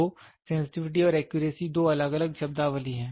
तो सेंसटिविटी और एक्यूरेसी दो अलग अलग शब्दावली हैं